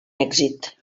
èxit